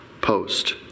post